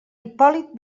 hipòlit